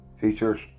features